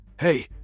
Hey